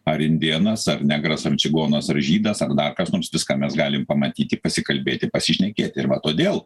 ar indėnas ar negras ar čigonas ar žydas ar dar kas nors viską mes galim pamatyti pasikalbėti pasišnekėti ir va todėl